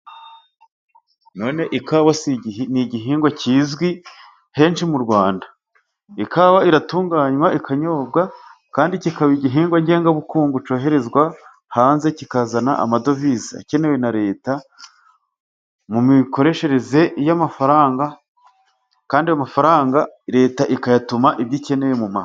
None ikawa ni igihingwa kizwi henshi mu Rwanda. Ikawa iratunganywa ikanyobwa, kandi kikaba igihingwa ngengabukungu cyoherezwa hanze kikazana amadovize akenewe na leta mu mikoreshereze y'amafaranga, kandi amafaranga leta ikayatuma ibyo ikenewe mu mahanga.